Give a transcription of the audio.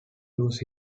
use